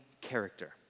character